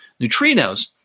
neutrinos